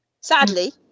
Sadly